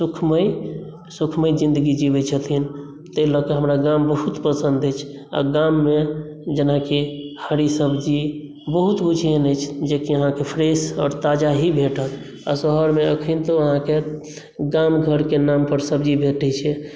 सुखमय सुखमय जिन्दगी जीवैत छथिन ताहि लऽ कऽ हमरा गाम बहुत पसन्द अछि आ गाममे जेनाकि हरी सब्जी बहुत किछु एहन अछि जेकि अहाँकेँ फ्रेश आओर ताजा ही भेटत आ शहरमे अखनितो अहाँकेँ गाम घरके नामपर सब्जी भेटैत छै